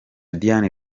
diane